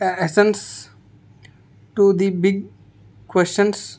answers to the big questions